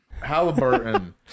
Halliburton